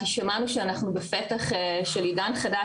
כי שמענו שאנחנו בפתח של עידן חדש,